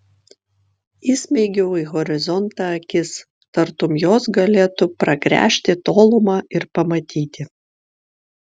įsmeigiau į horizontą akis tartum jos galėtų pragręžti tolumą ir pamatyti